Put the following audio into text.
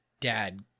dad